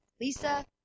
Lisa